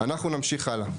אנחנו נמשיך הלאה.